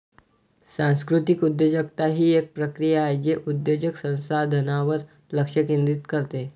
सांस्कृतिक उद्योजकता ही एक प्रक्रिया आहे जे उद्योजक संसाधनांवर लक्ष केंद्रित करते